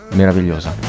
meravigliosa